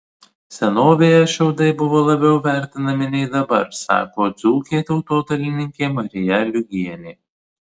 senovėje šiaudai buvo labiau vertinami nei dabar sako dzūkė tautodailininkė marija liugienė